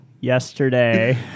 yesterday